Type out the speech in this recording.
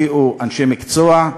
הביאו אנשי מקצוע,